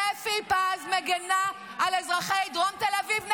שפי פז מגינה על אזרחי דרום תל אביב.